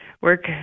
work